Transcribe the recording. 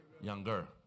younger